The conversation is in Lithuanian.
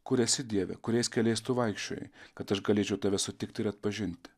kur esi dieve kuriais keliais tu vaikščiojai kad aš galėčiau tave sutikti ir atpažinti